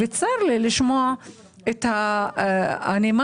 צר לי לשמוע את הנימה,